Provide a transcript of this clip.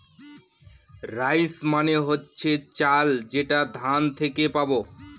rice মানে হচ্ছে চাল যেটা ধান থেকে পাবো